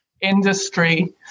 industry